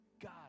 God